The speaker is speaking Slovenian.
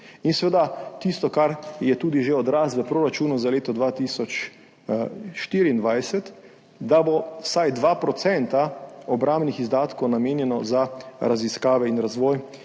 in seveda tisto, kar je tudi že odraz v proračunu za leto 2024, da bo vsaj 2 % obrambnih izdatkov namenjenih za raziskave in razvoj